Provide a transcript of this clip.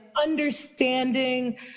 understanding